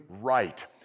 right